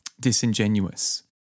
Disingenuous